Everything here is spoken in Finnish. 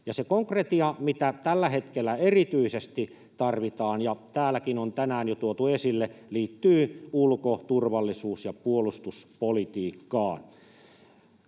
Se konkretia, mitä tällä hetkellä erityisesti tarvitaan ja täälläkin on tänään jo tuotu esille, liittyy ulko‑, turvallisuus‑ ja puolustuspolitiikkaan.